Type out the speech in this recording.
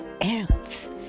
else